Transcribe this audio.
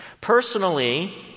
Personally